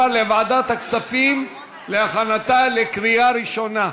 לוועדת הכספים להכנתה לקריאה ראשונה.